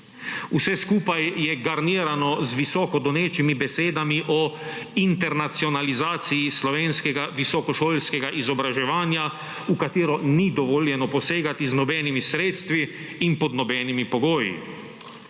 Vse skupaj je garnirano z visoko donečimi besedami o internacionalizaciji slovenskega visokošolskega izobraževanja, v katero ni dovoljeno posegati z nobenimi sredstvi in pod nobenimi pogoji.